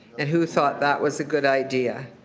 and who thought that was a good idea?